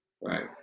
right